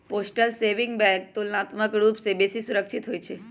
postal saving bank तुलनात्मक रूप से बेशी सुरक्षित होइ छइ